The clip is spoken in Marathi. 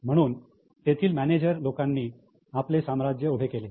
म्हणून तेथील मॅनेजर लोकांनी आपले साम्राज्य उभे केले